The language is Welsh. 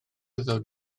ddod